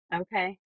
Okay